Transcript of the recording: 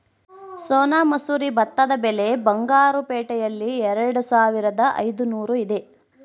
ಸೋನಾ ಮಸೂರಿ ಭತ್ತದ ಬೆಲೆ ಬಂಗಾರು ಪೇಟೆಯಲ್ಲಿ ಎರೆದುಸಾವಿರದ ಐದುನೂರು ಇದೆ